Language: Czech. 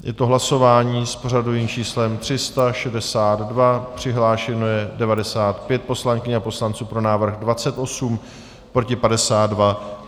Je to hlasování s pořadovým číslem 362, přihlášeno je 95 poslankyň a poslanců, pro návrh 28, proti 52.